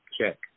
check